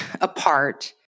apart